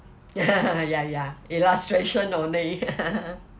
ya ya ya illustration only